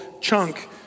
chunk